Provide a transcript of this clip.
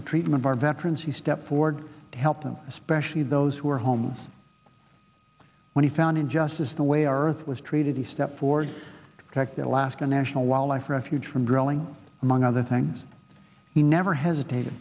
the treatment of our veterans who stepped forward to help them especially those who are homeless when he found injustice the way our earth was treated he stepped forward attacked the alaska national wildlife refuge from drilling among other things he never hesitated